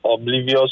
oblivious